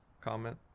comment